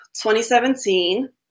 2017